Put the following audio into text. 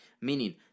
Meaning